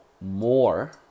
more